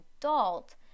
adult